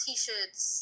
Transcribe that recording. T-shirts